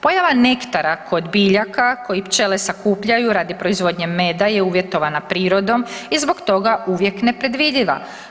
Pojava nektara kod biljaka koji pčele sakupljaju radi proizvodnje meda je uvjetovana prirodom i zbog toga uvijek nepredvidiva.